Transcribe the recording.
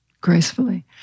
gracefully